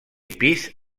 pis